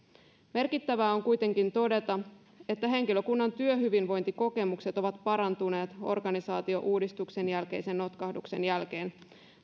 merkittävää on kuitenkin todeta että henkilökunnan työhyvinvointikokemukset ovat parantuneet organisaatiouudistuksen jälkeisen notkahduksen jälkeen